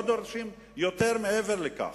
לא דורשים מעבר לכך.